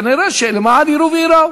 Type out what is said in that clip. כנראה למען ייראו וייראו.